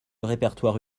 répertoire